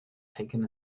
taken